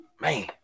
Man